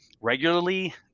regularly